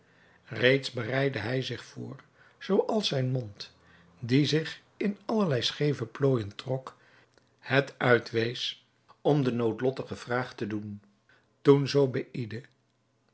reeds bereidde hij zich voor zoo als zijn mond die zich in allerlei scheve plooijen trok het uitwees om de noodlottige vraag te doen toen